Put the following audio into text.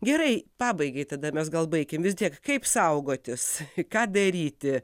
gerai pabaigai tada mes gal baikim vis tiek kaip saugotis ką daryti